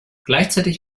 gleichzeitig